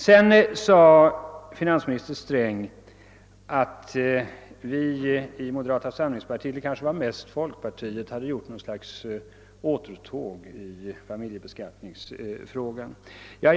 Sedan sade finansministern att vi i moderata samlingspartiet, eller det kan ske mest gällde folkpartiet, hade företagit ett återtåg i familjebeskattningsfrågan.